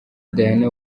diana